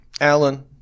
Alan